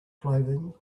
clothing